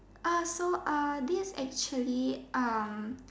so this actually